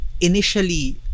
initially